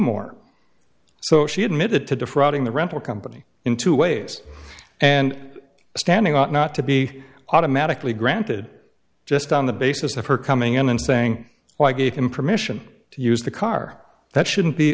more so she admitted to defrauding the rental company in two ways and standing ought not to be automatically granted just on the basis of her coming in and saying well i gave him permission to use the car that shouldn't be